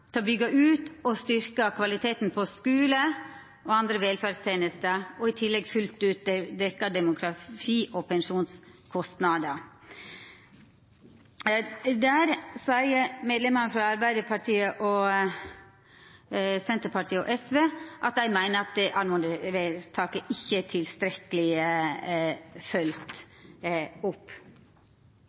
til å bygge ut og styrke kvaliteten på skole og andre velferdstjenester, og i tillegg fullt ut dekke demografi- og pensjonskostnader.» Der seier medlemmene frå Arbeidarpartiet, Senterpartiet og SV at dei meiner at oppmodingsvedtaket ikkje er tilstrekkeleg følgt opp.